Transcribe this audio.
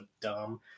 dumb